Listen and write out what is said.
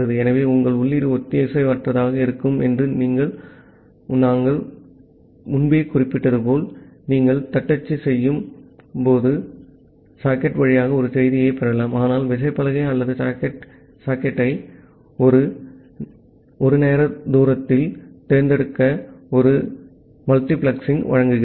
ஆகவே உங்கள் உள்ளீடு ஒத்திசைவற்றதாக இருக்கும் என்று நாங்கள் முன்பே குறிப்பிட்டது போல நீங்கள் தட்டச்சு செய்யும் போது சாக்கெட் வழியாக ஒரு செய்தியைப் பெறலாம் ஆனால் விசைப்பலகை அல்லது சாக்கெட்டை ஒரு நேர தூரத்தில் தேர்ந்தெடுக்க இது ஒரு மல்டிபிளெக்சிங் வழங்குகிறது